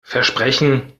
versprechen